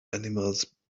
animals